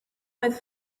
with